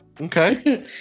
Okay